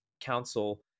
council